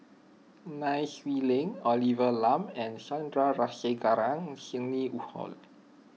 Nai Swee Leng Olivia Lum and Sandrasegaran Sidney Woodhull